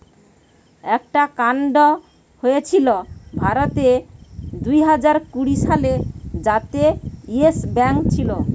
একটা কান্ড হয়েছিল ভারতে দুইহাজার কুড়ি সালে যাতে ইয়েস ব্যাঙ্ক ছিল